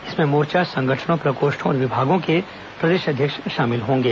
इसमें मोर्चा संगठनों प्रकोष्ठों और विभागों के प्रदेश अध्यक्ष शामिल होंगे